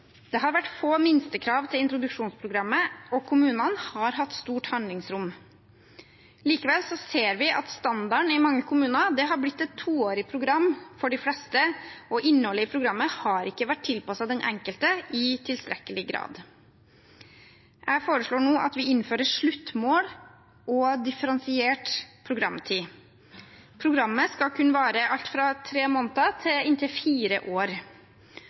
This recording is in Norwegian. Det har vært få minstekrav til introduksjonsprogrammet, og kommunene har hatt stort handlingsrom. Likevel ser vi at standarden i mange kommuner har blitt et toårig program for de fleste, og innholdet i programmet har ikke vært tilpasset den enkelte i tilstrekkelig grad. Jeg foreslår nå at vi innfører sluttmål og differensiert programtid. Programmet skal kunne vare alt fra tre måneder til inntil fire år.